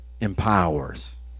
empowers